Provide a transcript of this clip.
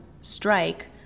strike